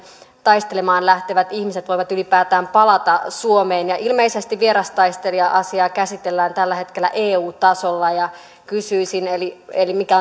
taistelemaan lähtevät ihmiset voivat ylipäätään palata suomeen ja ilmeisesti vierastaistelija asiaa käsitellään tällä hetkellä eu tasolla kysyisin mikä